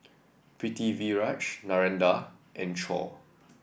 Pritiviraj Narendra and Choor